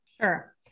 Sure